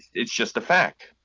it's just the fact.